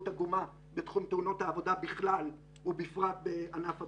עגומה בתחום תאונות העבודה בכלל ובפרט בענף הבניין.